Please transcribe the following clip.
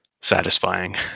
satisfying